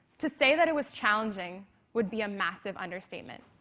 to say that it was challenging would be a massive understatement.